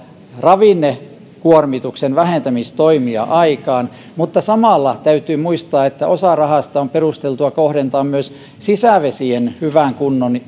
ravinnekuormituksen vähentämistoimia aikaan mutta samalla täytyy muistaa että osa rahasta on perusteltua kohdentaa myös sisävesien hyvän kunnon